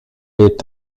est